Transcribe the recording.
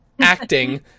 acting